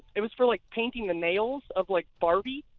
it was for, like, painting the nails of, like, barbie.